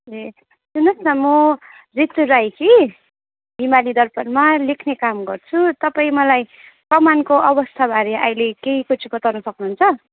ए सुन्नुहोस् न म ऋतु राई कि हिमाली दर्पणमा लेख्ने काम गर्छु तपाईँ मलाई कमानको अवस्थाबारे अहिले केही कुछ बताउन सक्नुहुन्छ